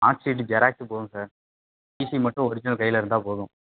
mark sheet xerox போதும் sir TC மட்டும் original கையில் இருந்தால் போதும்